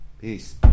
Peace